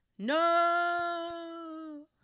No